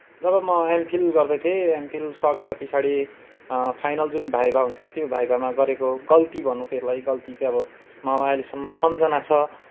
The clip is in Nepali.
जब म एमफिल गर्दै थिएँ एमफिल सकेर पिछाडि फाइनल जुन भाइभा हुन्छ त्यो भाइभामा गरेको गल्ती भनैँ त्यसलाई गल्ती चाहिँ मलाई अहिलेसम्म सम्झना छ